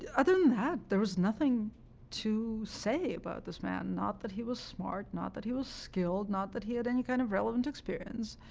ah than that, there was nothing to say about this man, and not that he was smart, not that he was skilled, not that he had any kind of relevant experience,